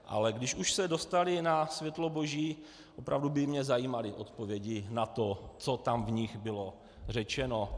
Ale když už se dostaly na světlo boží, opravdu by mě zajímaly odpovědi na to, co tam v nich bylo řečeno.